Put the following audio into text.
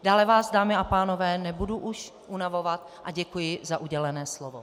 Dále vás, dámy a pánové, nebudu už unavovat a děkuji za udělené slovo.